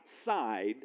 outside